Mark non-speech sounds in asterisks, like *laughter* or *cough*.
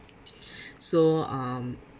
*breath* so um